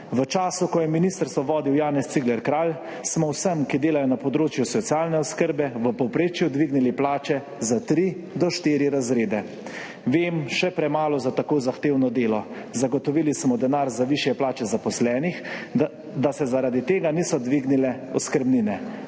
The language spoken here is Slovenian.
V času, ko je ministrstvo vodil Janez Cigler Kralj, smo vsem, ki delajo na področju socialne oskrbe, v povprečju dvignili plače za tri do štiri razrede. Vem, še premalo za tako zahtevno delo. Zagotovili so denar za višje plače zaposlenih, da se zaradi tega niso dvignile oskrbnine.